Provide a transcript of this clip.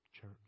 church